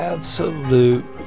Absolute